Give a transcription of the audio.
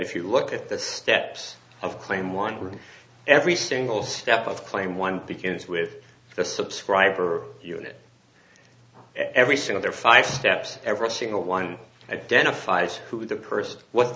if you look at the steps of claim one or every single step of claim one begins with the subscriber unit every single there five steps every single one identifies who the person what